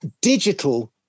digital